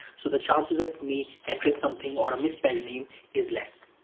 so the chances of me entering something or a misspelled name is less.